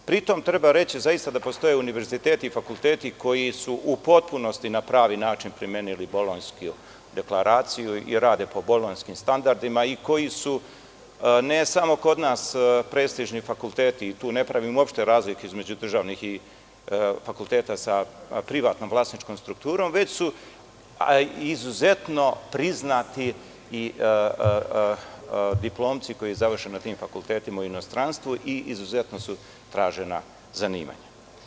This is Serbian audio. Pri tom, treba reći zaista da postoje univerziteti i fakulteti koji su u potpunosti na pravi način primenili Bolonjsku deklaraciju i rade po Bolonjskim standardima i koji su, ne samo kod nas prestižni fakulteti, i tu ne pravim uopšte razliku između državnih i fakulteta sa privatnom vlasničkom strukturom, već su izuzetno priznati i diplomci koji završe na tim fakultetima u inostranstvu i izuzetno su tražena zanimanja.